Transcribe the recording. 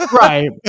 right